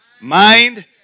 mind